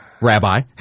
Rabbi